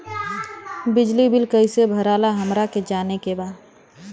बिजली बिल कईसे भराला हमरा के जाने के बा?